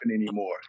anymore